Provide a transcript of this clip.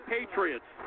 Patriots